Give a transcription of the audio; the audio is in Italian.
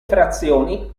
frazioni